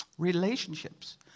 relationships